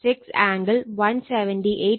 06 angle 178